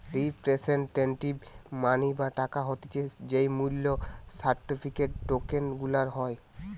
representative money বা টাকা হতিছে যেই মূল্য সার্টিফিকেট, টোকেন গুলার হয়